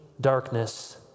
darkness